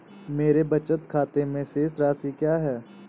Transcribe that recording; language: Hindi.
मेरे बचत खाते में शेष राशि क्या है?